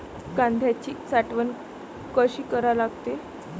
कांद्याची साठवन कसी करा लागते?